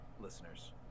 listeners